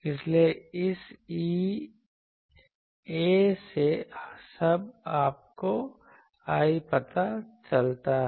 इसलिए इस A से अब आपको I पता चलता है